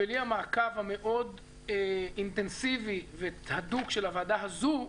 בלי המעקב המאוד אינטנסיבי והדוק של הוועדה הזאת,